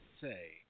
say